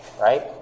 right